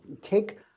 take